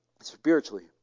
spiritually